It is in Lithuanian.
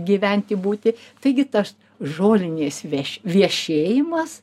gyventi būti taigi tas žolinės veš viešėjimas